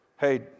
Hey